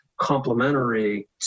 complementary